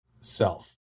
self